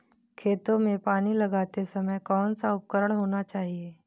खेतों में पानी लगाते समय कौन सा उपकरण होना चाहिए?